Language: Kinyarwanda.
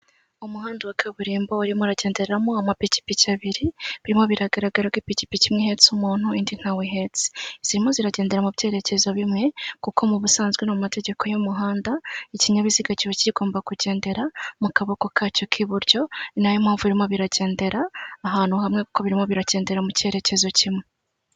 Umuhanda wa kaburimbo urimo uragenderamo amapikipiki abiri, birimo biragaragara ko ipikipiki imwe ihetse umuntu indi ntawe ihetse. Zirimo ziragendera mu byerekezo bimwe, kuko mu busanzwe no mu mategeko y'umuhanda, ikinyabiziga kiba kigomba kugendera mu kaboko kacyo k'iburyo, ni na yo mpamvu birimo biragendera ahantu hamwe kuko birimo biragendera mu cyerekezo kimwe.